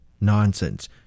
Nonsense